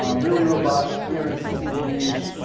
um really robust, three hundred and sixty degrees.